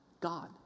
God